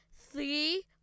three